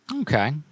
Okay